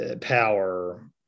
power